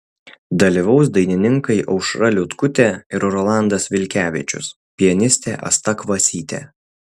dalyvaus dainininkai aušra liutkutė ir rolandas vilkevičius pianistė asta kvasytė